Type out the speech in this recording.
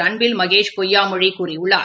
அள்பில் Mahesh பொய்யாமொழிகூறியுள்ளார்